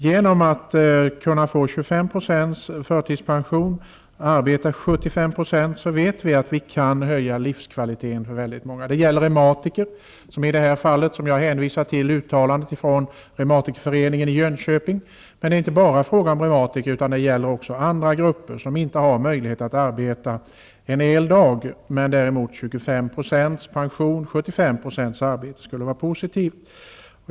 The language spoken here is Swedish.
Genom att ge möjlighet att få 25 % förtidspenion och kunna arbeta 75 % kan vi höja livskvaliteten för väldigt många. Det gäller t.ex. reumatiker. Jag hänvisar i min fråga till ett uttalande från Reumatikerföreniningen i Jönköping. Men det är inte bara fråga om reumatiker, utan detta gäller också många andra grupper som inte har möjlighet att arbeta en hel dag. För dem skulle 25 % pension och 75 % arbete vara positivt.